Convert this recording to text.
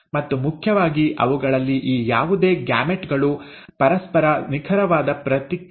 ಮತ್ತು ಮುಖ್ಯವಾಗಿ ಅವುಗಳಲ್ಲಿ ಈ ಯಾವುದೇ ಗ್ಯಾಮೆಟ್ ಗಳು ಪರಸ್ಪರ ನಿಖರವಾದ ಪ್ರತಿಗಳಲ್ಲ